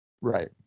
Right